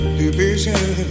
division